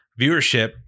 viewership